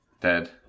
Dead